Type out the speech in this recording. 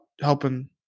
helping